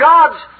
God's